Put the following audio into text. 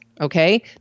Okay